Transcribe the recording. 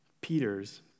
Peter's